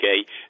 Okay